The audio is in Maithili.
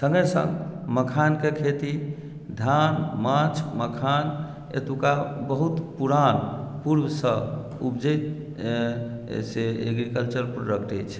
सङ्गहि सङ्ग मखानके खेती धान माछ मखान एतुका बहुत पुरान पूर्वसँ उपजैत से ऐग्रिकल्चर प्रोडक्ट अछि